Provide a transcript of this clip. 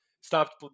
stopped